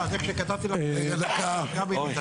אז תגידו את שלכם ואז נסכם בקווים כללים